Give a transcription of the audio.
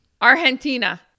Argentina